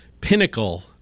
pinnacle